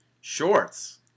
shorts